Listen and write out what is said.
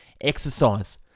Exercise